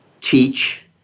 teach